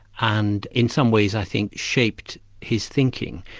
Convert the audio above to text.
and in some ways i think, shaped his thinking.